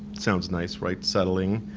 sounds nice, right? settling.